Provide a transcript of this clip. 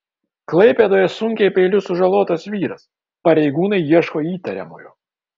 klaipėdoje sunkiai peiliu sužalotas vyras pareigūnai ieško įtariamojo